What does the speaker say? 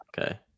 Okay